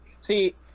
See